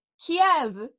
Kiev